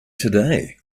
today